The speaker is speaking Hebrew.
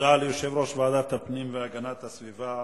תודה ליושב-ראש ועדת הפנים והגנת הסביבה,